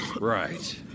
Right